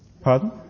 Pardon